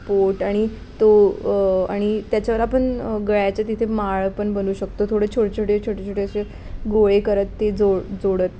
पोट आणि तो आणि त्याच्यावर आपण गळ्याच्या तिथे माळ पण बनवू शकतो थोडे छो छोटे छोटे छोटे असे गोळे करत ते जो जोडत